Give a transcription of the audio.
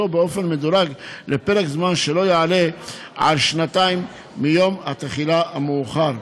באופן מדורג לפרק זמן שלא יעלה על שנתיים מיום התחילה המאוחר.